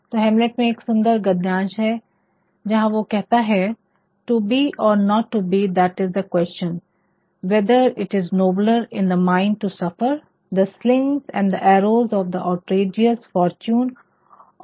तो हैमलेट में एक सुन्दर गद्यांश है जहाँ वो कहता है to be or not to be that is the question whether it is nobler to the mind to suffer the sling and arrow of the outrageous fortune और